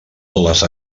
les